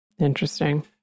Interesting